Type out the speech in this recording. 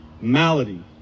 malady